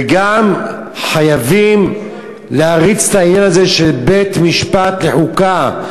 וגם חייבים להריץ את העניין הזה של בית-משפט לחוקה.